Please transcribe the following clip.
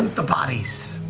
the bodies.